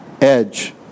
edge